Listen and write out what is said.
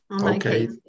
Okay